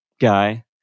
guy